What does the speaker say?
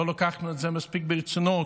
ולא לקחנו את זה מספיק ברצינות,